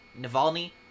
Navalny